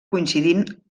coincidint